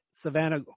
Savannah